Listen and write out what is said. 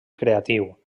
creatiu